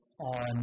on